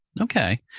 Okay